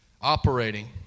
operating